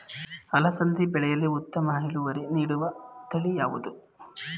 ಅಲಸಂದಿ ಬೆಳೆಯಲ್ಲಿ ಉತ್ತಮ ಇಳುವರಿ ನೀಡುವ ತಳಿ ಯಾವುದು?